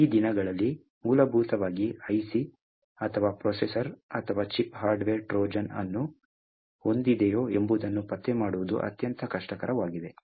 ಈ ದಿನಗಳಲ್ಲಿ ಮೂಲಭೂತವಾಗಿ ಐಸಿ ಅಥವಾ ಪ್ರೊಸೆಸರ್ ಅಥವಾ ಚಿಪ್ ಹಾರ್ಡ್ವೇರ್ ಟ್ರೋಜನ್ ಅನ್ನು ಹೊಂದಿದೆಯೇ ಎಂಬುದನ್ನು ಪತ್ತೆ ಮಾಡುವುದು ಅತ್ಯಂತ ಕಷ್ಟಕರವಾಗಿದೆ